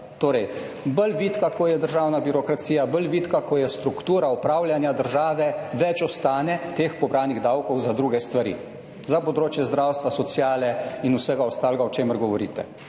Torej bolj vitka, ko je državna birokracija, bolj vitka, ko je struktura upravljanja države več ostane teh pobranih davkov za druge stvari; za področje zdravstva, sociale in vsega ostalega, o čemer govorite.